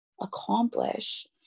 accomplish